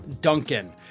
Duncan